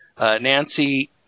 Nancy